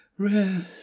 Rest